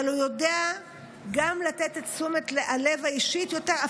אבל הוא יודע גם לתת את תשומת הלב האישית יותר.